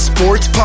Sports